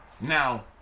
Now